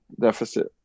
deficit